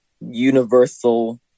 universal